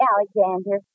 Alexander